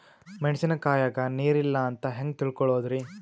ಮೆಣಸಿನಕಾಯಗ ನೀರ್ ಇಲ್ಲ ಅಂತ ಹೆಂಗ್ ತಿಳಕೋಳದರಿ?